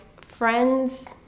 friends